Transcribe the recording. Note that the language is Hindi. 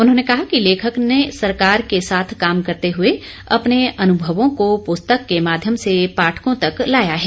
उन्होंने कहा कि लेखक ने सरकार के साथ काम करते हुए अपने अनुभवों को पुस्तक के माध्यम से पाठकों तक लाया है